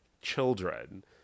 children